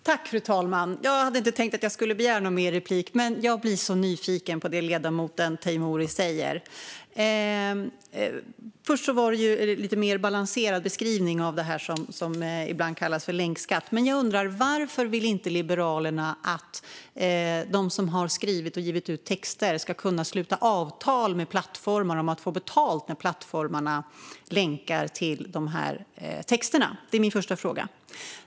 Fru talman! Jag hade inte tänkt begära någon mer replik, men jag blev så nyfiken på det ledamoten Teimouri sa. Det kom en lite mer balanserad beskrivning av det som ibland kallas länkskatt, men jag undrar: Varför vill inte Liberalerna att de som har skrivit och givit ut texter ska kunna sluta avtal med plattformar om att få betalt när plattformarna länkar till texterna? Det är min första fråga.